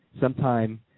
sometime